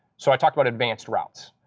so i talked about advanced routes.